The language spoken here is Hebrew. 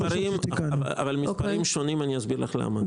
אבל המספרים שונים ואסביר לך למה.